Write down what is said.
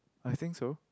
I think so